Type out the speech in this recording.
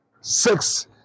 six